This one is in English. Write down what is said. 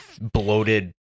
bloated